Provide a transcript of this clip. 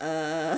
err